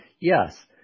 yes